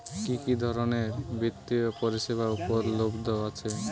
কি কি ধরনের বৃত্তিয় পরিসেবা উপলব্ধ আছে?